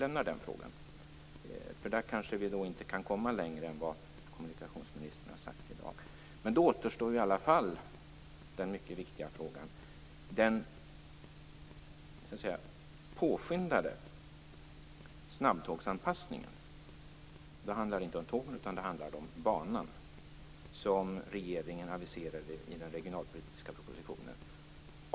Där kan vi kanske inte komma längre än vad kommunikationsministern har sagt i dag. Då återstår i alla fall den mycket viktiga frågan om den påskyndade snabbtågsanpassningen - det handlar inte om tågen utan om banan - som regeringen aviserade i den regionalpolitiska propositionen.